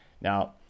Now